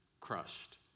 crushed